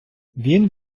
він